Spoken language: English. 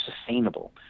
sustainable